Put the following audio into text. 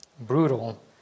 brutal